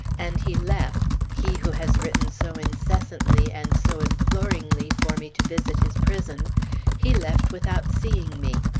and he left he who has written so incessantly and so imploringly for me to visit his prison he left without seeing me.